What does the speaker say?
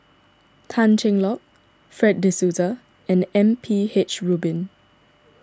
Tan Cheng Lock Fred De Souza and M P H Rubin